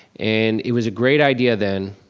and it was a great idea then.